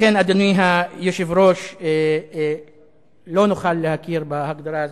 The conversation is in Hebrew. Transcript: לכן, אדוני היושב-ראש, לא נוכל להכיר בהגדרה הזו.